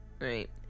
right